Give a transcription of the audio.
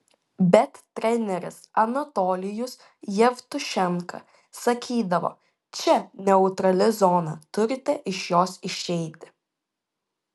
bet treneris anatolijus jevtušenka sakydavo čia neutrali zona turite iš jos išeiti